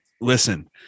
Listen